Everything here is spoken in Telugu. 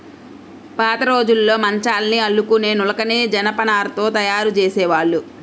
పాతరోజుల్లో మంచాల్ని అల్లుకునే నులకని జనపనారతో తయ్యారు జేసేవాళ్ళు